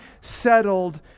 settled